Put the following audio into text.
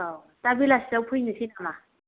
औ दा बेलासियाव फैनोसै नामा